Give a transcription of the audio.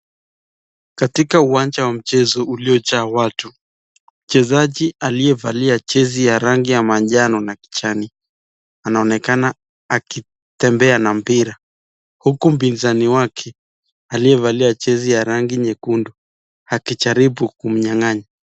Katika uwanja wa michezo uliojaa watu, mchezaji aliyevalia jezi ya rangi ya majano na kijani anaonekana akitembea na mpira huku mpinzani wake aliyevalia jezi ya rangi nyekundu akijaribu kumnyang'anya.